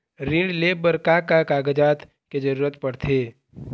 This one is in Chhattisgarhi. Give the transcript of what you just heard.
ऋण ले बर का का कागजात के जरूरत पड़थे?